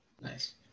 Nice